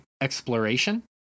exploration